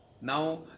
now